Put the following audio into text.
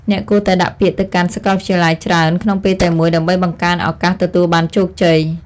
អ្នកគួរតែដាក់ពាក្យទៅកាន់សាកលវិទ្យាល័យច្រើនក្នុងពេលតែមួយដើម្បីបង្កើនឱកាសទទួលបានជោគជ័យ។